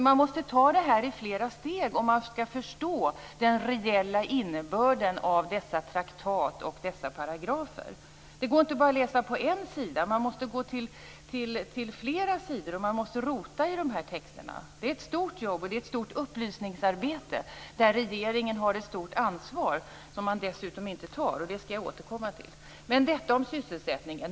Man måste ta detta i flera steg om man skall förstå den reella innebörden av dessa traktat och paragrafer. Det går inte bara att läsa på en sida. Man får gå till flera sidor, och man måste rota i texterna. Det är ett stort jobb och ett stort upplysningsarbete, där regeringen har ett stort ansvar som den dessutom inte tar, men det skall jag återkomma till senare.